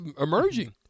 emerging